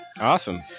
Awesome